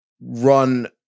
run